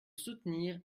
soutenir